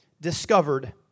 discovered